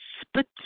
split